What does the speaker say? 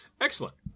Excellent